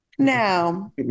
Now